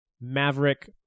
Maverick